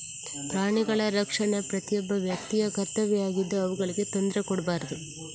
ಪ್ರಾಣಿಗಳ ರಕ್ಷಣೆ ಪ್ರತಿಯೊಬ್ಬ ವ್ಯಕ್ತಿಯ ಕರ್ತವ್ಯ ಆಗಿದ್ದು ಅವುಗಳಿಗೆ ತೊಂದ್ರೆ ಕೊಡ್ಬಾರ್ದು